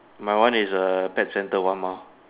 my one is err pet center one mile